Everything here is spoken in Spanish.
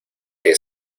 que